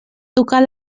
tocar